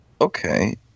Okay